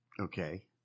okay